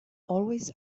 always